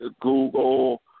Google